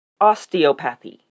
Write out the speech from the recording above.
osteopathy